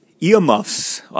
earmuffs